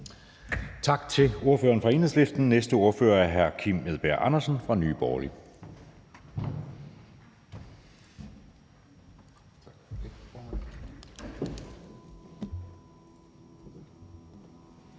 Tak til ordføreren fra Enhedslisten. Den næste ordfører er hr. Kim Edberg Andersen fra Nye Borgerlige. Kl.